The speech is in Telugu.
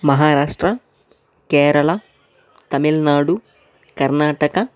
మహారాష్ట్ర కేరళ తమిళనాడు కర్ణాటక